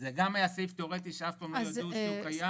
זה גם היה סעיף תיאורטי שאף פעם לא ידעו שהוא קיים.